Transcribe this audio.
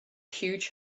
huge